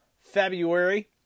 February